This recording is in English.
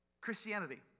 Christianity